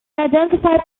identified